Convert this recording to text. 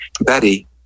Betty